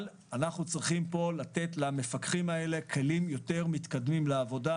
אבל אנחנו צריכים לתת למפקחים כלים יותר מתקדמים לעבודה